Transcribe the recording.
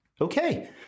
Okay